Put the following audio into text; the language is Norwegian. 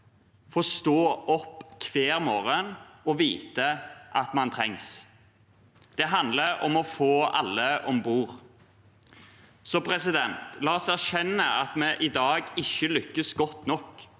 og stå opp hver morgen og vite at man trengs. Det handler om å få alle om bord. La oss erkjenne at vi i dag ikke lykkes godt nok,